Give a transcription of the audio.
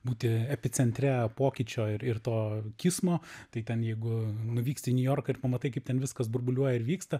būti epicentre pokyčio ir ir to kismo tai ten jeigu nuvyksti į niujorką ir pamatai kaip ten viskas burbuliuoja ir vyksta